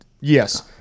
yes